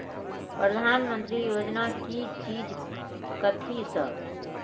प्रधानमंत्री योजना की चीज कथि सब?